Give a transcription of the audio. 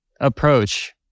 approach